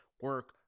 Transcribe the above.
Work